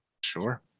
sure